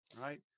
Right